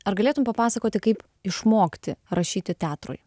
ar galėtum papasakoti kaip išmokti rašyti teatrui